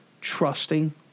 trusting